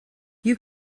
you